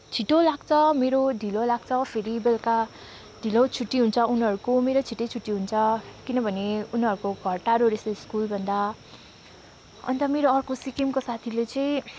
छिट्टो लाग्छ मेरो ढिलो लाग्छ फेरि बेलुका ढिलो छुट्टी हुन्छ उनीहरूको मेरो छिट्टै छुट्टी हुन्छ किनभने उनीहरूको घर टाढो रहेछ स्कुलभन्दा अन्त मेरो अर्को सिक्किमको साथीले चाहिँ